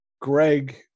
Greg